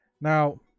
Now